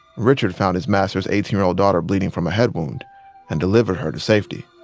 richard found his master's eighteen year old daughter bleeding from a head wound and delivered her to safety.